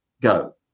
go